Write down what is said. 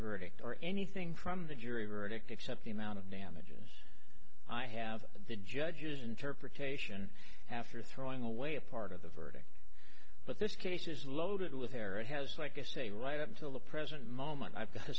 verdict or anything from the jury verdict except the amount of damages i have the judge's interpretation after throwing away a part of the verdict but this case is loaded with error and has like i say right up until the present moment i've got a